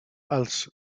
als